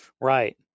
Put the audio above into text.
Right